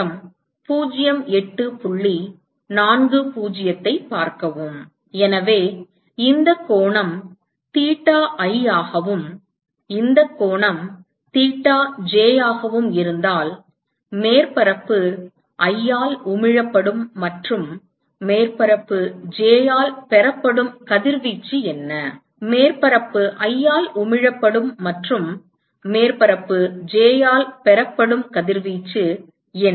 எனவே இந்தக் கோணம் தீட்டா i ஆகவும் இந்த கோணம் தீட்டா j ஆகவும் இருந்தால் மேற்பரப்பு i ஆல் உமிழப்படும் மற்றும் மேற்பரப்பு j ஆல் பெறப்படும் கதிர்வீச்சு என்ன மேற்பரப்பு i ஆல் உமிழப்படும் மற்றும் மேற்பரப்பு j ஆல் பெறப்படும் கதிர்வீச்சு என்ன